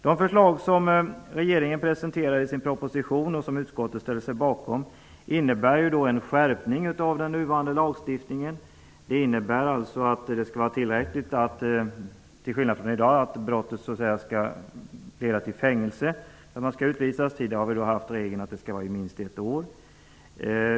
De förslag som regeringen presenterar i sin proposition och som utskottet ställer sig bakom innebär en skärpning av den nuvarande lagstiftningen. Det innebär alltså att det är tillräckligt -- till skillnad från i dag -- att brottet skall leda till fängelsestraff för att man skall utvisas. I dag är regeln att det skall vara fängelse i minst ett år.